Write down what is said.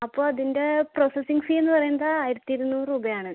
അപ്പോൾ അതിൻ്റെ പ്രോസസ്സിംഗ് ഫീന്ന് പറയുന്നത് ആയിരത്തി അറുന്നൂറ് രൂപയാണ്